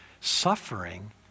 suffering